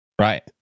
Right